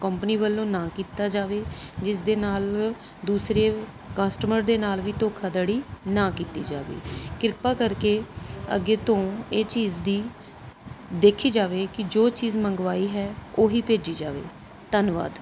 company ਵੱਲੋਂ ਨਾ ਕੀਤਾ ਜਾਵੇ ਜਿਸ ਦੇ ਨਾਲ ਦੂਸਰੇ ਕਸਟਮਰ ਦੇ ਨਾਲ ਵੀ ਧੋਖਾਧੜੀ ਨਾ ਕੀਤੀ ਜਾਵੇ ਕਿਰਪਾ ਕਰਕੇ ਅੱਗੇ ਤੋਂ ਇਹ ਚੀਜ਼ ਦੀ ਦੇਖੀ ਜਾਵੇ ਕਿ ਜੋ ਚੀਜ਼ ਮੰਗਵਾਈ ਹੈ ਉਹੀ ਭੇਜੀ ਜਾਵੇ ਧੰਨਵਾਦ